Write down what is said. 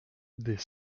des